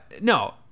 No